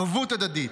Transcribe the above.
ערבות הדדית,